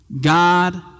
God